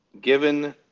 Given